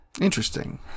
Interesting